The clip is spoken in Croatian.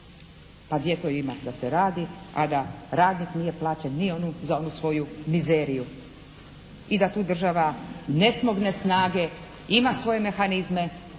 Pa gdje to ima da se radi a da radnik nije plaćen ni za onu svoju mizeriju i da tu država ne smogne snage, ima svoje mehanizme